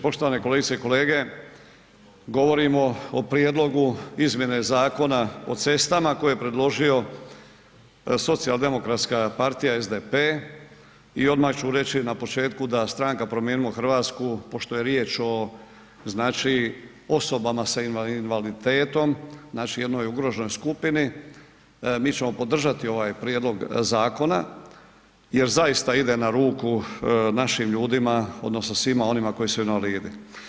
Poštovane kolegice i kolege, govorimo o prijedlogu izmjene Zakona o cestama koji je predložio Socijaldemokratska partija, SDP i odmah ću reći na početku da Stranka Promijenimo Hrvatsku, pošto je riječ o, znači osobama sa invaliditetom, znači jednoj ugroženoj skupini, mi ćemo podržati ovaj prijedlog zakona jer zaista ide na ruku našim ljudima odnosno svima onima koji su invalidi.